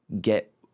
get